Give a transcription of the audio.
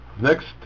Next